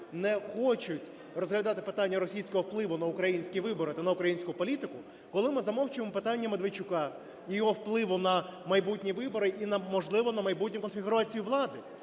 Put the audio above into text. не хочуть розглядати питання російського впливу на українські вибори та українську політику, коли ми замовчуємо питання Медведчука і його впливу на майбутні вибори і, можливо, на майбутню конфігурацію влади,